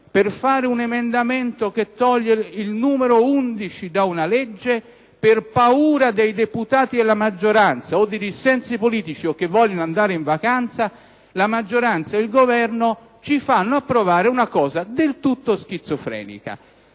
per fare un emendamento che toglie il comma 11 da una legge, per paura dei deputati della maggioranza o di dissensi politici, o per il fatto che vogliono andare in vacanza, la maggioranza e il Governo ci fanno approvare una cosa del tutto schizofrenica.